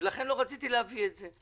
ולכן לא רציתי להביא את זה.